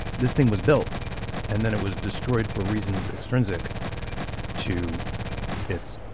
this thing was built and then it was destroyed for reasons extrinsic to its